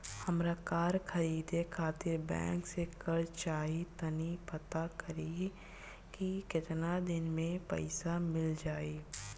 हामरा कार खरीदे खातिर बैंक से कर्जा चाही तनी पाता करिहे की केतना दिन में पईसा मिल जाइ